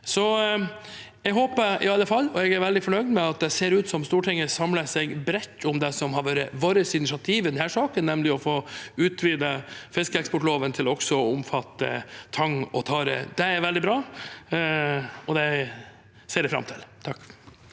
Jeg er veldig fornøyd med at det ser ut som at Stortinget samler seg bredt om det som har vært vårt initiativ i saken, nemlig å utvide fiskeeksportloven til også å omfatte tang og tare. Det er veldig bra, og det ser jeg fram til.